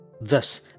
Thus